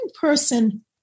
person